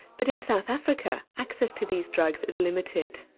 but in south africa access to these drugs is limited.